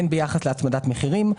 הן ביחס להצמדת מחירים.